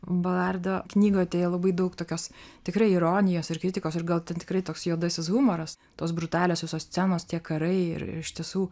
balardo knygoj deja labai daug tokios tikrai ironijos ir kritikos ir gal ten tikrai toks juodasis humoras tos brutaliosiosios scenos tie karai ir iš tiesų